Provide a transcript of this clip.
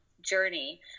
journey